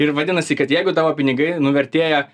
ir vadinasi kad jeigu tavo pinigai nuvertėja